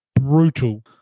brutal